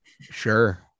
Sure